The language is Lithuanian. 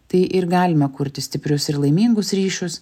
tai ir galime kurti stiprius ir laimingus ryšius